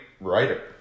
writer